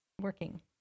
working